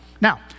Now